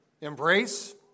embrace